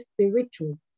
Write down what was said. spiritual